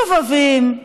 שובבים,